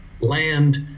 land